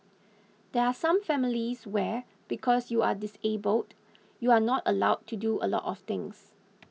there are some families where because you are disabled you are not allowed to do a lot of things